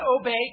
obey